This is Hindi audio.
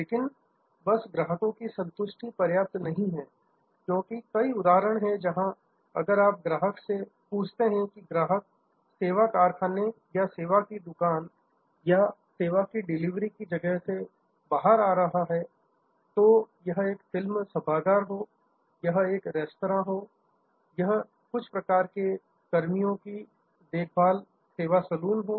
लेकिन बस ग्राहकों की संतुष्टि पर्याप्त नहीं है क्योंकि कई उदाहरण हैं जहां अगर आप ग्राहक से पूछते हैं कि ग्राहक सेवा कारखाने या सेवा की दुकान या सेवा की डिलीवरी की जगह से बाहर आ रहा है तो यह एक फिल्म सभागार हो यह एक रेस्तरां हो यह कुछ प्रकार के कर्मियों की देखभाल सेवा सैलून हो